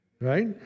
Right